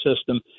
system